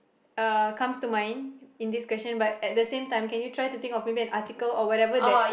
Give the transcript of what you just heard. uh comes to mind in this question but at the same time can you try to think of maybe an article or whatever that